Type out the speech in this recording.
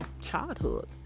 childhood